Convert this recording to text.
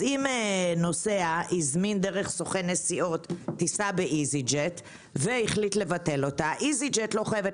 אם נוסע הזמין טיסה באיזיג'ט דרך